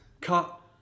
Cut